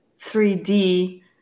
3D